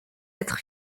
être